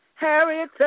Harriet